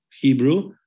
Hebrew